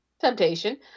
temptation